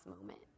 moment